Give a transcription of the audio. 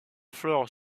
flore